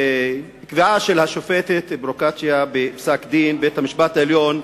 קביעה של השופטת פרוקצ'יה בפסק-דין של בית-המשפט העליון,